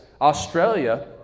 Australia